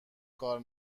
کار